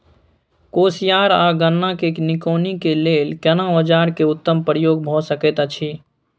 कोसयार आ गन्ना के निकौनी के लेल केना औजार के उत्तम प्रयोग भ सकेत अछि?